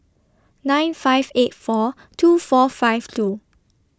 nine five eight four two four five two